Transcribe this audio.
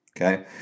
Okay